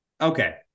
Okay